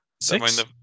Six